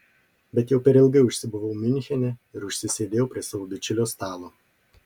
bet jau per ilgai užsibuvau miunchene ir užsisėdėjau prie savo bičiulio stalo